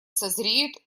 созреют